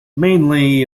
mainly